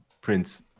Prince